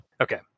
Okay